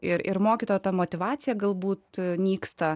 ir ir mokytojo ta motyvacija galbūt nyksta